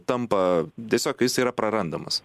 tampa tiesiog jis yra prarandamas